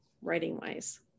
writing-wise